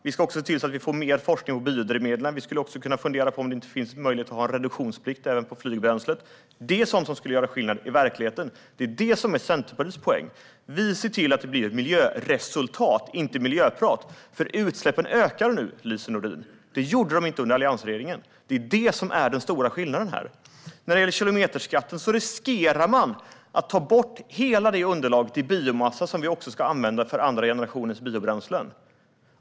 Vi ska också se till att vi får mer forskning om biodrivmedel. Vi skulle också kunna fundera på om det inte finns möjlighet att ha reduktionsplikt även i fråga om flygbränslet. Det är sådant som skulle göra skillnad i verkligheten. Det är det som är Centerpartiets poäng. Vi ser till att det blir ett miljöresultat, inte miljöprat. Utsläppen ökar nu, Lise Nordin. Det gjorde de inte under alliansregeringen. Det är det som är den stora skillnaden. När det gäller kilometerskatten riskerar man att ta bort hela det underlag till biomassa som vi också ska använda för andra generationens biobränslen.